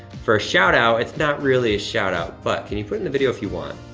for a shout-out, it's not really a shout-out, but can you put in the video if you want.